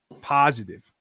positive